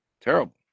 Terrible